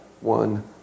one